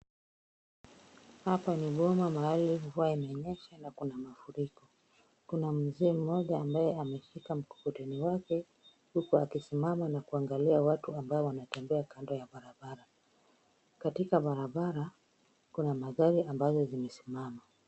Hapa ni boma mahali mvua imenyesha na kuna mafuriko, Kuna Mzee mmoja ambaye ameshika mkorini wake huku akisimama na kuangalia watu ambao wanatembea kando ya barabara. Katika barabara kuna magari ambazo zimesimama.